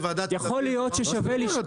יכול להיות ששווה לשקול -- מה זאת אומרת?